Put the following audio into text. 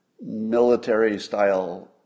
military-style